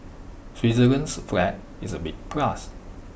Switzerland's flag is A big plus